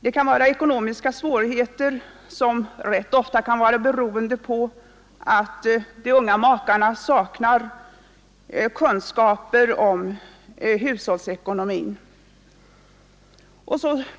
Det kan föreligga ekonomiska svårigheter, vilka rätt ofta kan vara beroende på att de unga makarna saknar kunskaper om hushållsekonomi.